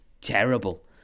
terrible